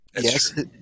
Yes